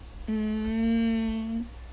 mm